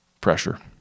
pressure